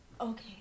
Okay